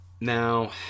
Now